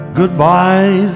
goodbye